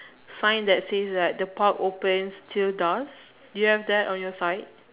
find that scene like the pub open till dusk do you have that on your side